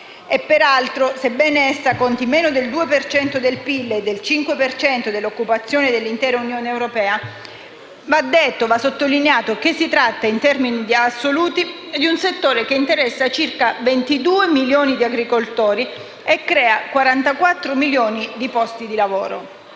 è. Peraltro, sebbene essa conti meno del 2 per cento del PIL e del 5 per cento dell'occupazione dell'intera Unione europea, va sottolineato che si tratta, in termini assoluti, di un settore che interessa circa 22 milioni di agricoltori e crea 44 milioni di posti di lavoro.